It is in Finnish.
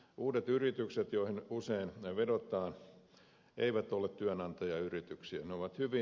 uudet yritykset joihin usein vedotaan eivät ole työnantajayrityksiä